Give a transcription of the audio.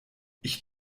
ich